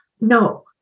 No